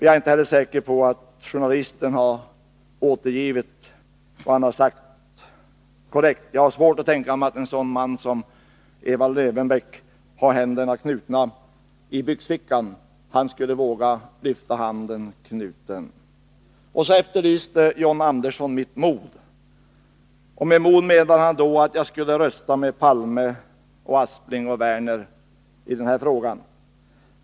Jag är dock inte säker på att journalisten korrekt har återgivit vad som har sagts. Jag har svårt att tänka mig att en sådan man som Evald Lövenbeck skulle ha handen knuten i byxfickan. Han skulle våga lyfta handen knuten. Och så efterlyste John Andersson mitt mod. Med det menade han att jag skulle ha mod att rösta med herrar Palme, Aspling och Werner i denna fråga.